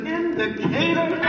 indicator